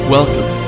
Welcome